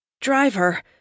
Driver